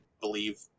believe